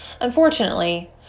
unfortunately